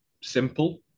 simple